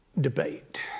debate